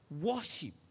worship